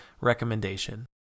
recommendation